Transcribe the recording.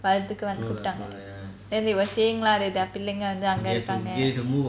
வந்து கூப்டாங்க:vanthu kooptanga then they were saying lah பிள்ளைங்க வந்து அங்க இருக்காங்க:pillainga vanthu anga irukaanga